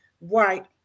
right